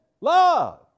love